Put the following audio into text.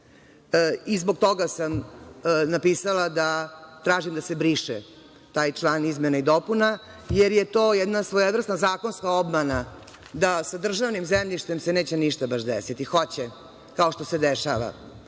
Zbog toga sam napisala da tražim da se briše taj član izmena i dopuna, jer je to jedna svojevrsna zakonska obmana da sa državnim zemljištem se neće baš ništa desiti. Hoće, kao što se dešava.